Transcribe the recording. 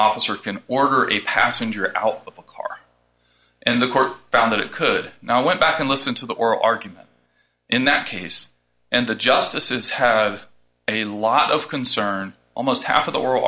officer can order a passenger out of a car and the court found that it could now went back and listened to the oral argument in that case and the justices had a lot of concern almost half of the world